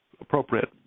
appropriate